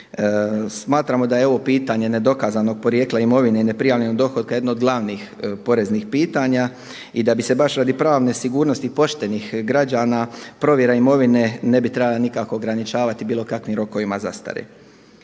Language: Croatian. Smatramo da je ovo pitanje nedokazanog porijekla imovine i neprijavljenog dohotka jedno od glavnih poreznih pitanja i da bi se baš radi pravne sigurnosti poštenih građana provjera imovine ne bi trebala nikako ograničavati bilo kakvim rokovima zastare.